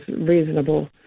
reasonable